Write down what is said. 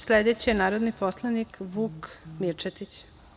Sledeći je narodni poslanik Vuk Mirčetić.